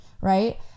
right